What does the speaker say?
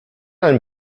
ein